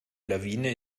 lawine